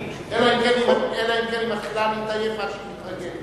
אלא אם כן היא מתחילה להתעייף עד שהיא מתרגלת.